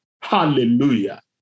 Hallelujah